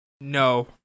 No